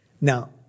Now